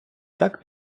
так